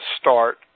start